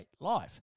life